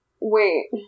wait